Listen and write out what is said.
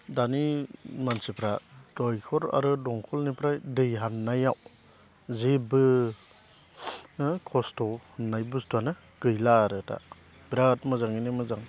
दानि मानसिफोरा दैखर आरो दंखलनिफ्राय दै हाबनायाव जेबो खस्त' होननाय बुस्तुआनो गैला आरो दा बिराद मोजाङैनो मोजां